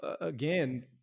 again